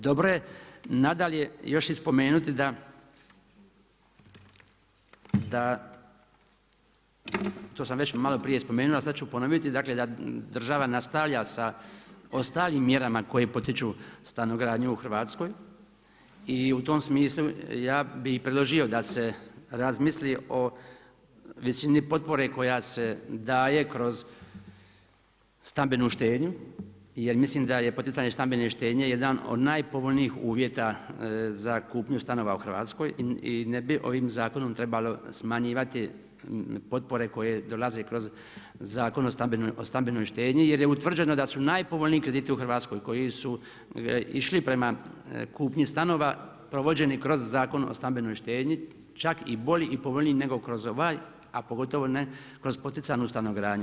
Dobro je nadalje još i spomenuti da to sam već maloprije spomenuo, a sad ću ponoviti, dakle da država nastavlja sa ostalim mjerama koji potiču stanogradnju u Hrvatskoj i u tom smislu ja bi predložio da se razmisli o visi potpore koja se daje kroz stambenu štednju, jer mislim da je poticanje stambene štednje, jedan od nepovoljnih uvjeta za kupnju stanova u Hrvatskoj i ne bi ovim zakonom trebalo smanjivati potpore koje dolaze kroz Zakon o stambenoj štednji, jer je utvrđeno da su najpovoljniji krediti u Hrvatskoj koji su išli prema kupnji stanova provođeni kroz Zakon o stambenoj štednji, čak i bolji i povoljniji nego kroz ovaj, a pogotovo ne kroz poticanu stanogradnju.